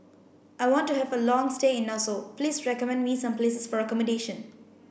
I want to have a long stay in Nassau please recommend me some places for accommodation